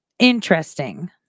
interesting